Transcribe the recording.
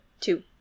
two